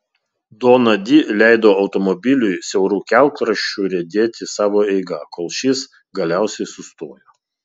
dona di leido automobiliui siauru kelkraščiu riedėti savo eiga kol šis galiausiai sustojo